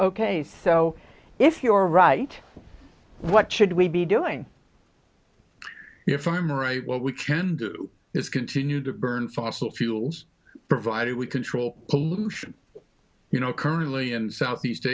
ok so if you are right what should we be doing if i'm right what we can do is continue to burn fossil fuels provided we control pollution you know currently in southeast